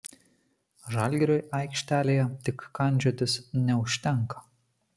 žalgiriui aikštelėje tik kandžiotis neužtenka